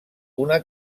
una